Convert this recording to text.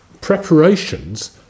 preparations